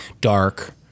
Dark